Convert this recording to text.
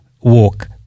walk